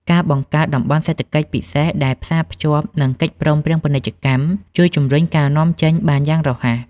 ការបង្កើតតំបន់សេដ្ឋកិច្ចពិសេសដែលផ្សារភ្ជាប់នឹងកិច្ចព្រមព្រៀងពាណិជ្ជកម្ម ជួយជំរុញការនាំចេញបានយ៉ាងរហ័ស។